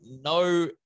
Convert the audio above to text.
no